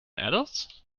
adults